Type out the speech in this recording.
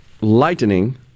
lightning